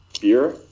beer